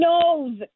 knows